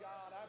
God